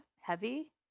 heavy